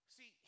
See